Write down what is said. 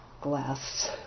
glass